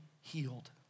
healed